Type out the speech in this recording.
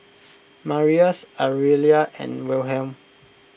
Marius Aurelia and Wilhelm